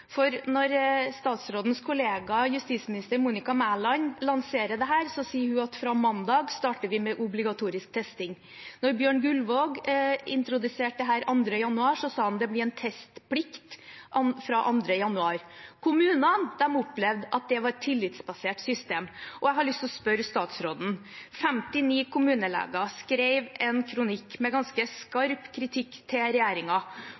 Når statsrådens kollega justisminister Monica Mæland lanserer dette, sier hun at fra mandag starter vi med obligatorisk testing. Da Bjørn Guldvog introduserte dette 2. januar, sa han at det blir en testplikt fra 2. januar. Kommunene opplevde at det var et tillitsbasert system, og jeg har lyst til å spørre statsråden: 59 kommuneleger skrev en kronikk med ganske